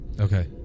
okay